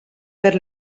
per